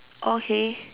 okay